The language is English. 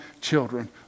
children